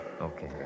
Okay